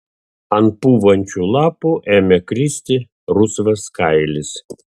ant pūvančių lapų ėmė kristi rusvas kailis